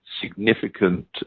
significant